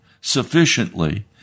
sufficiently